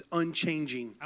unchanging